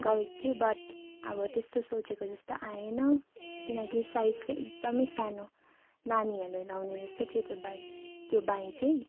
गरेक थिएँ बट अब त्यस्तो सोचेक जस्तो आएन किनकि साइज चाहिँ एकदमै सानो नानीहरूले लगाउने जस्तो थियो त्यो बाइक बाईँ चाहिँ